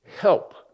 help